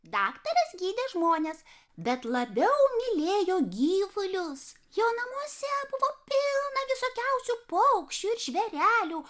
daktaras gydė žmones bet labiau mylėjo gyvulius jo namuose buvo pilna visokiausių paukščių ir žvėrelių